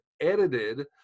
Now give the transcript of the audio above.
edited